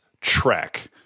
track